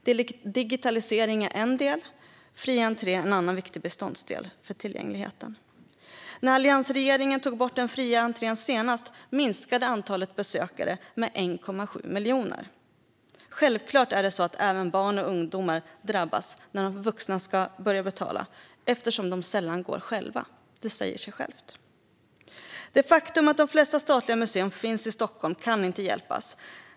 Digitalisering är en del, och fri entré är en annan viktig beståndsdel för tillgängligheten. När alliansregeringen tog bort den fria entrén senast minskade antalet besökare med 1,7 miljoner. Självklart drabbas även barn och ungdomar när de vuxna ska börja betala eftersom de sällan går själva. Det säger sig självt. Det faktum att de flesta statliga museer finns i Stockholm kan inte hjälpas.